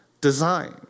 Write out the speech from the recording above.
design